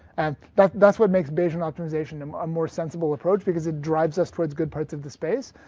and that's that's what makes bayesian optimization um a more sensible approach because it drives us towards good parts of the space.